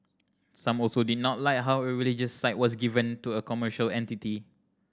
some also did not like how a religious site was given to a commercial entity